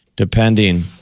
Depending